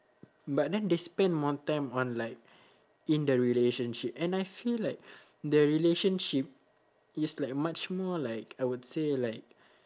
but then they spend more time on like in the relationship and I feel like the relationship is like much more like I would say like